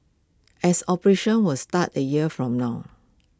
as operations will start A year from now